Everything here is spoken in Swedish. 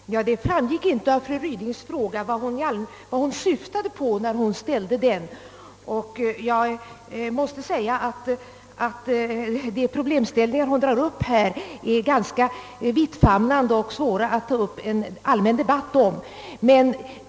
Herr talman! Det framgick inte av fru Rydings fråga vad hon syftade på när hon ställde den. De problem som hon nu drar upp är ganska vittfamnande och det är svårt att nu ta upp en allmän debatt om dem.